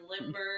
limber